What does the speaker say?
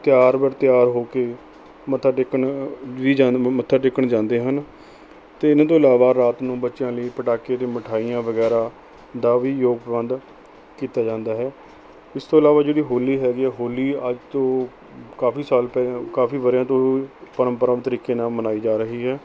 ਤਿਆਰ ਬਰ ਤਿਆਰ ਹੋ ਕੇ ਮੱਥਾ ਟੇਕਣ ਵੀ ਜਾਣ ਮ ਮੱਥਾ ਟੇਕਣ ਜਾਂਦੇ ਹਨ ਅਤੇ ਇਹਨਾਂ ਤੋਂ ਇਲਾਵਾ ਰਾਤ ਨੂੰ ਬੱਚਿਆਂ ਲਈ ਪਟਾਖੇ ਅਤੇ ਮਿਠਾਈਆਂ ਵਗੈਰਾ ਦਾ ਵੀ ਯੋਗ ਪ੍ਰਬੰਧ ਕੀਤਾ ਜਾਂਦਾ ਹੈ ਇਸ ਤੋਂ ਇਲਾਵਾ ਜਿਹੜੀ ਹੋਲੀ ਹੈਗੀ ਹੈ ਹੋਲੀ ਅੱਜ ਤੋਂ ਕਾਫ਼ੀ ਸਾਲ ਪਹਿ ਕਾਫ਼ੀ ਵਰਿਆਂ ਤੋਂ ਪਰਮ ਪਰਮ ਤਰੀਕੇ ਨਾਲ਼ ਮਨਾਈ ਜਾ ਰਹੀ ਹੈ